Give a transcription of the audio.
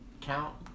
count